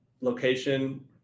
location